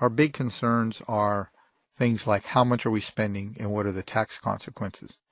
our big concerns are things like how much are we spending and what are the tax consequences.